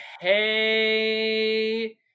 hey